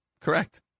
Correct